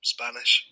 Spanish